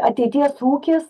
ateities ūkis